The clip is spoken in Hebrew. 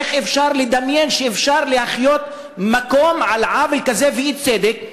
איך אפשר לדמיין שאפשר להחיות מקום על עוול כזה ואי-צדק,